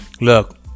look